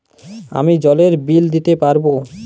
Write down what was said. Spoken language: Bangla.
আমি জলের বিল দিতে পারবো?